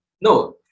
No